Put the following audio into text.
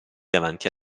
davanti